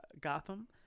Gotham